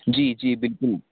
जी जी बिलकुल